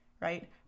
right